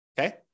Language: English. okay